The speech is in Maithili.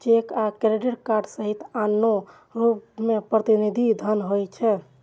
चेक आ क्रेडिट कार्ड सहित आनो रूप मे प्रतिनिधि धन होइ छै